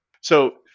So-